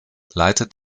leitet